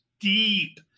deep